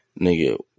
nigga